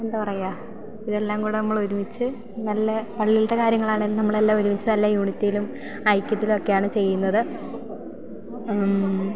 എന്താണ് പറയുക കൂടെ നമ്മൾ ഒരുമിച്ചു നല്ല പള്ളിയിലത്തെ കാര്യങ്ങളാണങ്കിൽ നമ്മൾ എല്ലാം ഒരുമിച്ചു നല്ല യൂണിറ്റിയിലും ഐക്യത്തിലും ഒക്കെയാണ് ചെയ്യുന്നത്